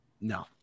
no